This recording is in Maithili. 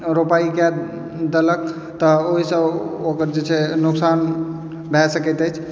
रोपाइ कए देलक तऽ ओहिसँ जे छै ओकर नोकसान भए सकैत अछि